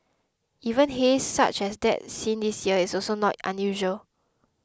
even haze such as that seen this year is also not unusual